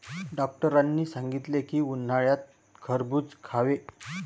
डॉक्टरांनी सांगितले की, उन्हाळ्यात खरबूज खावे